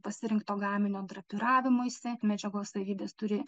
pasirinkto gaminio drapiravimuisi medžiagos savybės turi